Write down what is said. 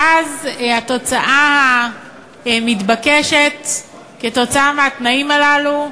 ואז התוצאה המתבקשת, כתוצאה מהתנאים הללו,